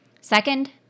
Second